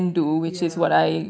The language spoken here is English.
ya